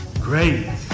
great